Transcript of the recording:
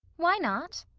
why not?